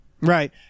Right